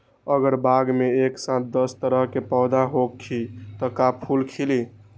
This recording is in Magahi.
अगर बाग मे एक साथ दस तरह के पौधा होखि त का फुल खिली?